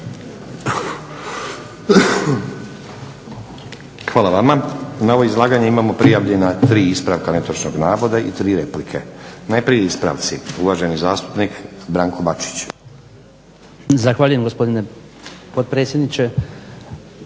Hvala i vama. Na ovo izlaganje imamo prijavljena tri ispravka netočnog navoda i tri replike. Najprije ispravci. Uvaženi zastupnik Branko Bačić. **Bačić, Branko (HDZ)** Zahvaljujem gospodine potpredsjedniče.